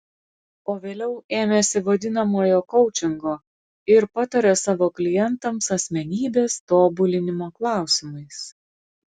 o vėliau ėmėsi vadinamojo koučingo ir pataria savo klientams asmenybės tobulinimo klausimais